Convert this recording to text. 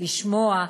לשמוע,